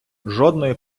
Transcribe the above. жодної